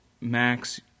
Max